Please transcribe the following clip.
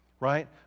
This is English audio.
right